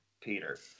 Peter